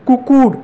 কুকুর